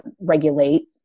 regulate